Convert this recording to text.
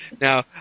Now